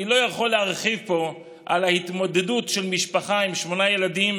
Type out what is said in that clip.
אני לא יכול להרחיב פה על ההתמודדות של משפחה עם שמונה ילדים